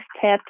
tips